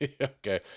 okay